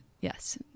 yes